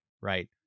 right